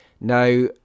Now